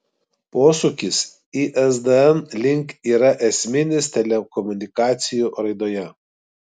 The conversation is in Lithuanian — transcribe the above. posūkis isdn link yra esminis telekomunikacijų raidoje